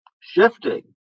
shifting